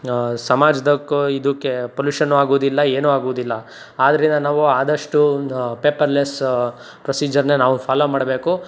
ಸಮಾಜಕ್ಕೂ ಇದಕ್ಕೆ ಪೊಲೂಷನ್ನು ಆಗೋದಿಲ್ಲ ಏನು ಆಗೋದಿಲ್ಲ ಆದ್ದರಿಂದ ನಾವು ಆದಷ್ಟು ಒಂದು ಪೇಪರ್ಲೆಸ್ ಪ್ರೊಸಿಜರನ್ನೆ ನಾವು ಫಾಲೋ ಮಾಡಬೇಕು